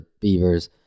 beavers